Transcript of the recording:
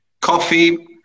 coffee